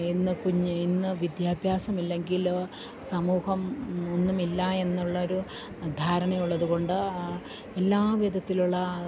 ഇന്ന് കുഞ്ഞ് ഇന്ന് വിദ്യാഭ്യാസമില്ലെങ്കില് സമൂഹം ഒന്നുമില്ല എന്നുള്ളൊരു ധാരണയുള്ളതു കൊണ്ട് എല്ലാ വിധത്തിലുള്ള